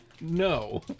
no